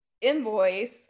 invoice